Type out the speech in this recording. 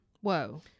Whoa